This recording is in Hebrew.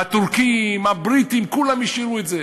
הטורקים, הבריטים, כולם השאירו את זה.